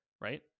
right